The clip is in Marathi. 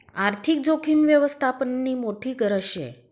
आर्थिक जोखीम यवस्थापननी मोठी गरज शे